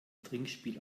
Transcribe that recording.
trinkspiel